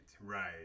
right